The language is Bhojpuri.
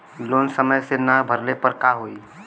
लोन समय से ना भरले पर का होयी?